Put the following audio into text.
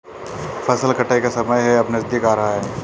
फसल कटाई का समय है अब नजदीक आ रहा है